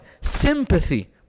sympathy